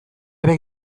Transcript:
ere